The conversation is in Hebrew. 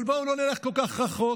אבל בואו לא נלך כל כך רחוק.